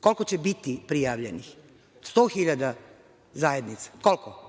koliko će biti prijavljenih, 100.000 zajednica? Koliko?